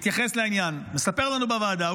מתייחס לעניין, מספר לנו בוועדה.